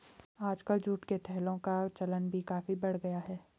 आजकल जूट के थैलों का चलन भी काफी बढ़ गया है